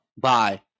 Bye